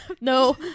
No